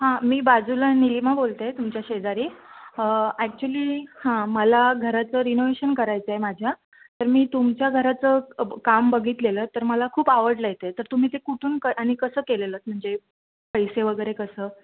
हां मी बाजूला नीलिमा बोलते तुमच्या शेजारी ॲक्च्यूली हां मला घराचं रिनोवेशन करायचं आहे माझ्या तर मी तुमच्या घराचं काम बघितलेलं तर मला खूप आवडलं आहे ते तर तुम्ही ते कुठून क आणि कसं केलेलंत म्हणजे पैसे वगैरे कसं